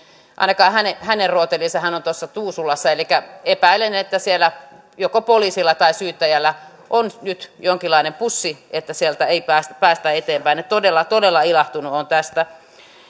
ainakaan hänen hänen rooteliinsa hän on tuolla tuusulassa elikkä epäilen että siellä joko poliisilla tai syyttäjällä on nyt jonkinlainen pussi niin että sieltä ei päästä eteenpäin että todella todella ilahtunut olen tästä lisärahasta